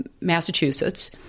Massachusetts